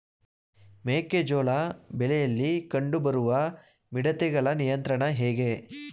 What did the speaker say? ಮೆಕ್ಕೆ ಜೋಳ ಬೆಳೆಯಲ್ಲಿ ಕಂಡು ಬರುವ ಮಿಡತೆಗಳ ನಿಯಂತ್ರಣ ಹೇಗೆ?